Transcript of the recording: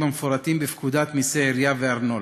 המפורטים בפקודת מסי עירייה לגבי ארנונה.